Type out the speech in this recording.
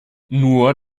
nur